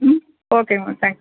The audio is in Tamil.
ம் ஓகேங்கமா தேங்க் யூ